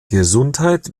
gesundheit